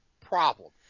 problem